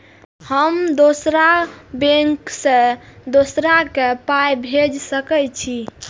हम दोसर बैंक से दोसरा के पाय भेज सके छी?